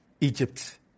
Egypt